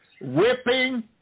whipping